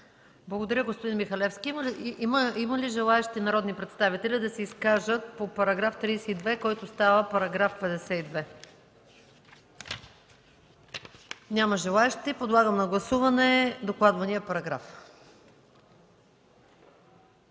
Благодаря, господин Михалевски. Има ли желаещи народни представители да се изкажат по § 32, който става § 52? Няма желаещи. Подлагам на гласуване докладвания параграф.